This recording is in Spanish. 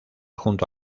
junto